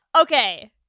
Okay